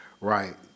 right